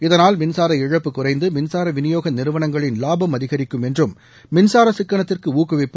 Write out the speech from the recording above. இதனால் மின்சார இழப்பு குறைந்து மின்சார விநியோக நிறுவனங்களின் லாபம் அதிகரிக்கும் என்றும் மின்சார சிக்கனத்திற்கு ஊக்குவிப்பு